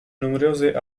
numerose